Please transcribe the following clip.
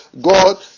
God